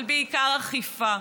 אבל בעיקר אכיפה,